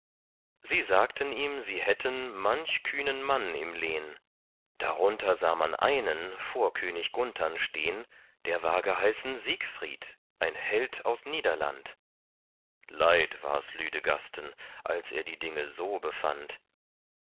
sie sagten ihm sie hätten manch kühnen mann im lehn darunter sah man einen vor könig gunthern stehn der war geheißen siegfried ein held aus niederland leid wars lüdegasten als er die dinge so befand